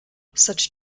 such